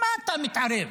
מה אתה מתערב?